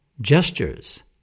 gestures